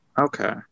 Okay